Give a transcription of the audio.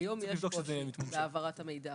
היום יש קושי בהעברת המידע,